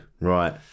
Right